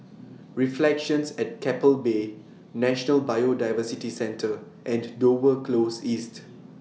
Reflections At Keppel Bay National Biodiversity Centre and Dover Close East